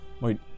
Wait